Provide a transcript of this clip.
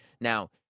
Now